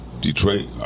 Detroit